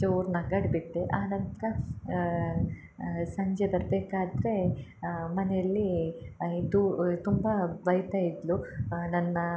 ಜೋರು ನಗಾಡ್ಬಿಟ್ಟೆ ಆನಂತರ ಸಂಜೆ ಬರ್ಬೇಕಾದರೆ ಮನೆಯಲ್ಲಿ ಇದು ತುಂಬ ಬೈತಾಯಿದ್ಲು ನನ್ನ